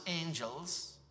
angels